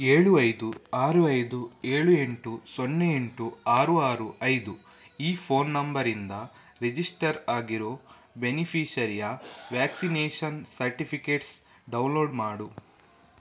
ಏಳು ಐದು ಆರು ಐದು ಏಳು ಎಂಟು ಸೊನ್ನೆ ಎಂಟು ಆರು ಆರು ಐದು ಈ ಫೋನ್ ನಂಬರಿಂದ ರಿಜಿಸ್ಟರ್ ಆಗಿರೋ ಬೆನಿಫಿಷರಿಯ ವ್ಯಾಕ್ಸಿನೇಷನ್ ಸರ್ಟಿಫಿಕೇಟ್ಸ್ ಡೌನ್ಲೋಡ್ ಮಾಡು